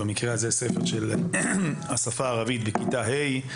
בספר לשפה הערבית של כיתה ה'.